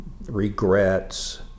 regrets